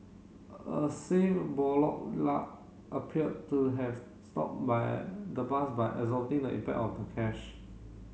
a safe appeared to have stopped by the bus by absorbing the impact of the cash